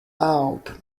out